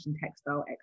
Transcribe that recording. Textile